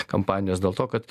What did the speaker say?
kampanijos dėl to kad